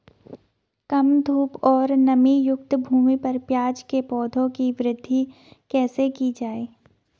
कम धूप और नमीयुक्त भूमि पर प्याज़ के पौधों की वृद्धि कैसे की जाए?